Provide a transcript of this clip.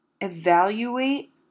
evaluate